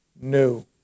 new